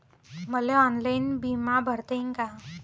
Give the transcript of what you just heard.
मले ऑनलाईन बिमा भरता येईन का?